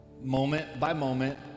moment-by-moment